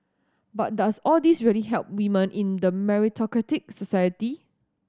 but does all this really help women in the meritocratic society